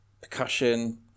percussion